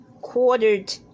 quartered